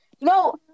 No